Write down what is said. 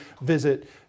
visit